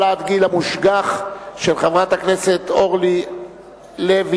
העלאת גיל המושגח) של חברת הכנסת אורלי לוי